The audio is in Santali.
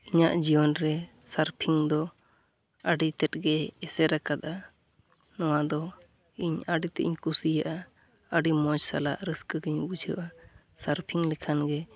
ᱤᱧᱟᱹᱜ ᱡᱤᱭᱚᱱᱨᱮ ᱥᱟᱨᱯᱷᱤᱝᱫᱚ ᱟᱹᱰᱤᱛᱮᱫᱜᱮ ᱮᱥᱮᱨ ᱟᱠᱟᱫᱟ ᱱᱚᱣᱟᱫᱚ ᱤᱧ ᱟᱹᱰᱤᱛᱮᱫᱤᱧ ᱠᱩᱥᱤᱭᱟᱜᱼᱟ ᱟᱹᱰᱤ ᱢᱚᱡᱽ ᱥᱟᱞᱟᱜ ᱨᱟᱹᱥᱠᱟᱹᱜᱮᱧ ᱵᱩᱡᱷᱟᱹᱣᱟ ᱥᱟᱨᱯᱷᱤᱝ ᱞᱮᱠᱷᱟᱱᱜᱮ